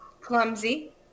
clumsy